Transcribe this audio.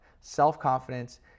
Self-confidence